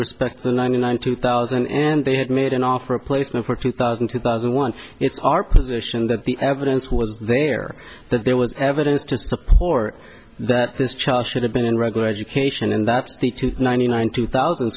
respect to ninety nine two thousand and they had made an opera place before two thousand two thousand one it's our position that the evidence was there that there was evidence to support that this child should have been in regular education and that's the two ninety nine two thousand